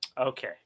Okay